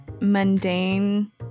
mundane